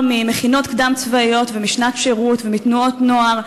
ממכינות קדם-צבאיות ומשנת שירות ומתנועות נוער,